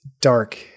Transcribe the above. dark